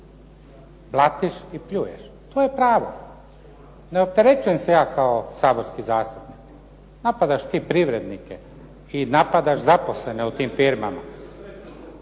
blatiš i pljuješ. To je pravo. Ne opterećujem se ja kao saborski zastupnik. Napadaš ti privrednike i napadaš zaposlene u tim firmama.